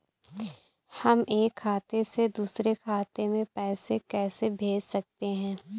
हम एक खाते से दूसरे खाते में पैसे कैसे भेज सकते हैं?